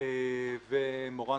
וגם מורן